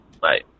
bye